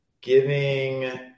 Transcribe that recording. giving